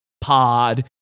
Pod